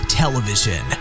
television